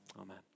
Amen